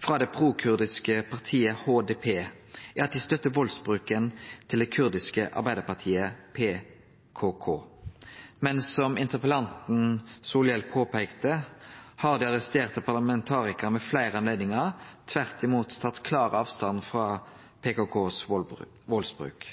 frå det prokurdiske partiet HDP er at dei støtter valdsbruken til det kurdiske arbeidarpartiet PKK. Men som interpellanten Solhjell peika på, har dei arresterte parlamentarikarane ved fleire høve tvert imot tatt klar avstand frå valdsbruken til PKK.